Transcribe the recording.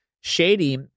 shady